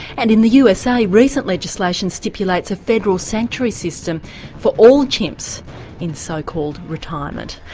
and in the usa recent legislation stipulates a federal sanctuary system for all chimps in so-called retirement.